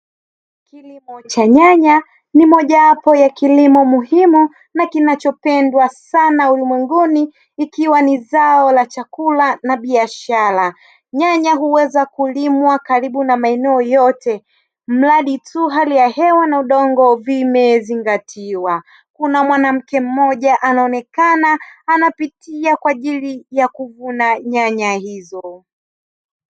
Kilimo cha nyanya ni mojawapo ya kilimo muhimu na kinachopendwa sana ulimwenguni ikiwa ni zao la chakula na biashara. Nyanya huweza kulimwa karibu na maeneo yote ilimradi tu hali ya hewa na udongo viwe vimezingatiwa. Kuna mwanamke mmoja anaonekana anapitia kwa ajili ya kuvuna nyanya hizo.